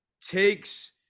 takes